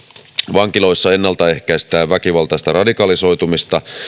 vankiloissa ennaltaehkäistään väkivaltaista radikalisoitumista